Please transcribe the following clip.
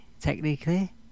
technically